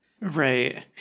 Right